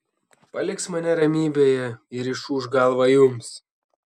paliks mane ramybėje ir išūš galvą jums